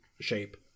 shape